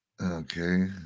Okay